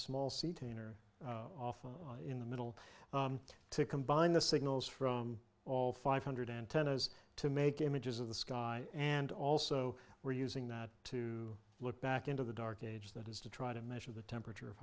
often in the middle to combine the signals from all five hundred antennas to make images of the sky and also we're using that to look back into the dark ages that is to try to measure the temperature of